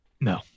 no